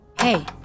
Hey